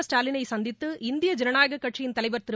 ஸ்டாலினை சந்தித்து இந்திய ஜனநாயக கட்சியின் தலைவர் திரு